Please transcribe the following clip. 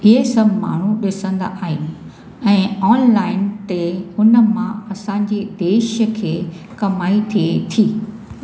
इअं सभु माण्हू ॾिसंदा आहिनि ऐं ऑनलाइन ते उन मां असां जे देश खे कमाई थिए थी